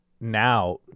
now